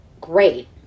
great